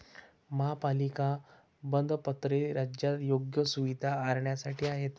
महापालिका बंधपत्रे राज्यात योग्य सुविधा आणण्यासाठी आहेत